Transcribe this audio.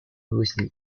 bosnie